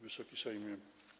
Wysoki Sejmie!